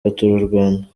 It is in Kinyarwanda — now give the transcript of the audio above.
baturarwanda